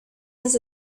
his